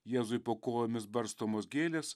jėzui po kojomis barstomos gėlės